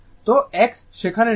তো X সেখানে নেই